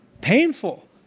Painful